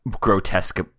grotesque